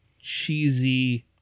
cheesy